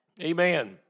Amen